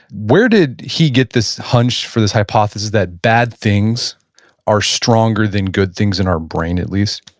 where did he get this hunch for this hypothesis that bad things are stronger than good things, in our brain at least?